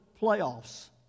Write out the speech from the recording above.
playoffs